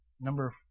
Number